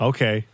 Okay